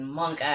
monk